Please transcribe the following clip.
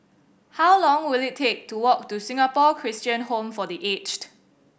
how long will it take to walk to Singapore Christian Home for The Aged